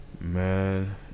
Man